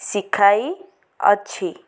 ଶିଖାଇ ଅଛି